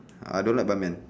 I don't like ban mian